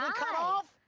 cut off?